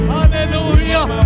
Hallelujah